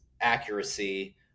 accuracy